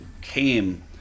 came –